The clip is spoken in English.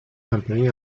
company